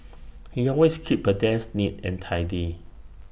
he always keeps her desk neat and tidy